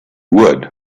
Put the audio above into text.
wood